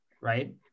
right